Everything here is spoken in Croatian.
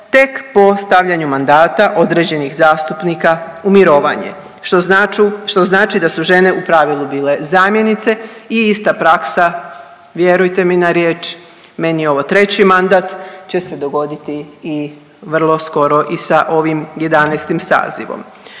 tek po stavljanju mandata određenih zastupnika u mirovanje. Što znači da su žene u pravilu bile zamjenice i ista praksa, vjerujte mi na riječ, meni je ovo treći mandat, će se dogoditi i vrlo skoro i sa ovim 11. sazivom.